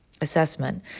assessment